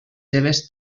seves